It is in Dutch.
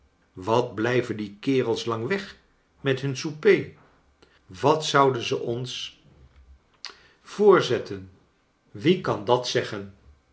wat bjijven die kerels lang weg met hun souper wat zouden ze ons voorzetten wie kan dat zeggen